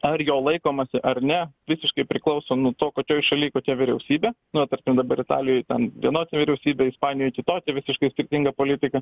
ar jo laikomasi ar ne visiškai priklauso nuo to kokioj šaly kokia vyriausybė nu tarkim dabar italijoj ten vienokia vyriausybė ispanijoj kitokia visiškai skirtinga politika